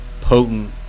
potent